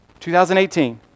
2018